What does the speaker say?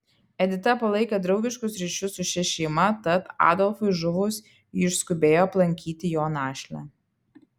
edita palaikė draugiškus ryšius su šia šeima tad adolfui žuvus ji išskubėjo aplankyti jo našlę